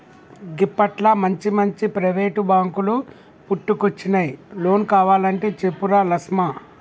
గిప్పట్ల మంచిమంచి ప్రైవేటు బాంకులు పుట్టుకొచ్చినయ్, లోన్ కావలంటే చెప్పురా లస్మా